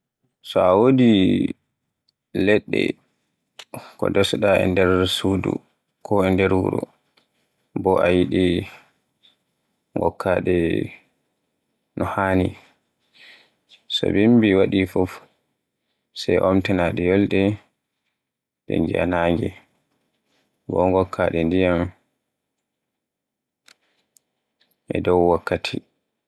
So a wodi leɗɗe ko ndesuɗa e nder suudu, ko e nder wuro bo a yiɗi ngokkaɗe no haani. To bimbi waɗi fuf, sey omfitanaɗe yolnde ɗe ngiya nange, bo ngokka de ndiyam e dow wakkati.